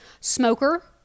Smoker